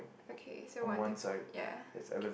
okay so one different yeah okay